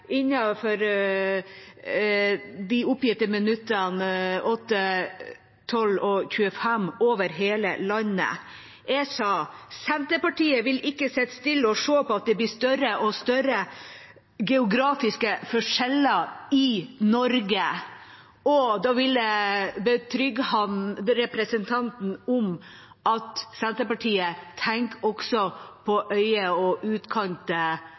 de oppgitte 8, 12 og 25 minuttene over hele landet. Jeg sa at Senterpartiet ikke vil sitte stille og se på at det blir større og større geografiske forskjeller i Norge. Da vil jeg betrygge representanten med at Senterpartiet også tenker på øyer og